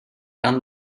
done